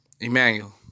Emmanuel